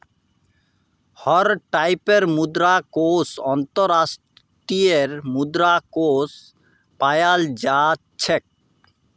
हर टाइपेर मुद्रा कोष अन्तर्राष्ट्रीय मुद्रा कोष पायाल जा छेक